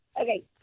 Okay